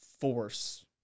force